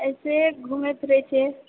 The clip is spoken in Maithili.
ऐसे घुमैत फिरैत छी